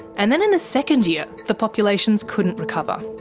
and then in the second year the populations couldn't recover.